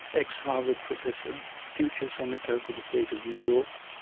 ex harvard professor, future senator for the state of new york,